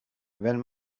wenn